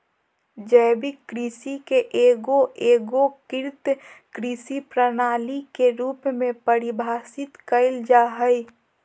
जैविक कृषि के एगो एगोकृत कृषि प्रणाली के रूप में परिभाषित कइल जा हइ